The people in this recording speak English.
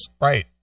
Right